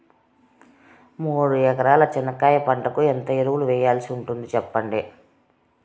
మూడు ఎకరాల చెనక్కాయ పంటకు ఎంత ఎరువులు వేయాల్సి ఉంటుంది సెప్పండి?